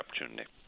opportunity